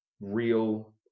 real